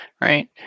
right